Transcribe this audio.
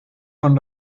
von